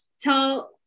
Tell